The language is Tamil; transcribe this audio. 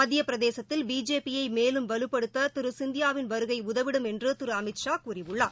மத்தியபிரதேசத்தில் பிஜேபி யைமேலும் வலுப்படுத்ததிருசிந்தியாவின் வருகைஉதவிடும் என்றுதிருஅமித்ஷா கூறியுளாளார்